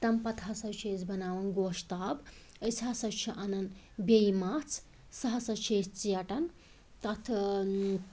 تَمہِ پَتہٕ ہَسا چھِ أسۍ بناوان گۄشتاب أسۍ ہَسا چھِ انان بیٚیہِ مَژھ سۄ ہَسا چھِ أسۍ ژیٹان تتھ ٲں